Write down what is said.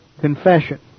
confession